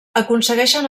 aconsegueixen